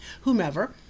whomever